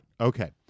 Okay